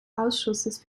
ausschusses